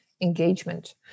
engagement